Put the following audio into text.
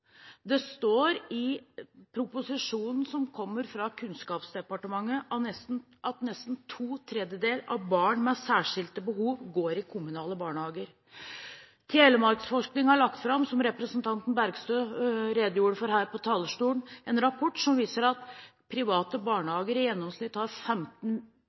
Det står i proposisjonen som kommer fra Kunnskapsdepartementet, at nesten to tredjedeler av barn med særskilte behov går i kommunale barnehager. Som representanten Bergstø redegjorde for her på talerstolen, har Telemarksforskning lagt fram en rapport som viser at private barnehager i gjennomsnitt har 15